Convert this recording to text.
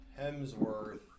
Hemsworth